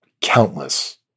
countless